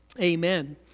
Amen